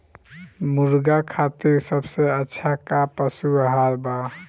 मुर्गा खातिर सबसे अच्छा का पशु आहार बा?